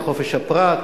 מחופש הפרט,